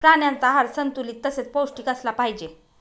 प्राण्यांचा आहार संतुलित तसेच पौष्टिक असला पाहिजे